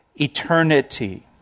eternity